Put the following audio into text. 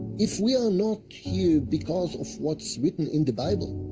if we are not here because of what's written in the bible,